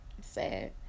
sad